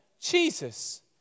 Jesus